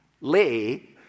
lay